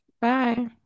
Bye